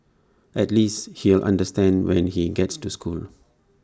at least he'll understand when he gets to school